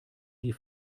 die